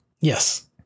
Yes